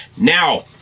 Now